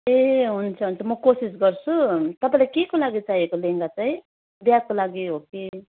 ए हुन्छ हुन्छ म कोसिस गर्छु तपाईँलाई केको लागि चाहिएको लेहेङ्गा चाहिँ बिहाको लागि हो कि